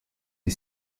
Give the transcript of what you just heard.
les